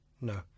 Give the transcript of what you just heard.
No